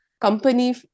company